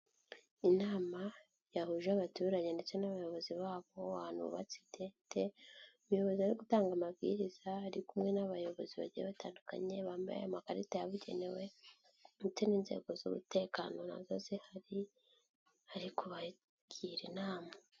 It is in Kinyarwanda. Inama yahuje abaturage ndetse n'abayobozi babo, ahantu hubatse itente, abayobozi beari gutanga amabwiriza, ari kumwe n'abayobozi bagiye batandukanye, bambaye a makarita yabugenewe ndetse n'inzego z'umutekano na zo zihari, ari ko kubagira inama.